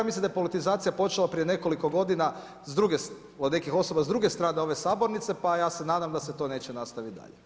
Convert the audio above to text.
Mislim da je politizacija počela prije nekoliko godina od nekih osoba s druge strane ove sabornice, pa ja se nadam da se to neće nastavit dalje.